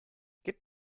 get